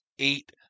Eight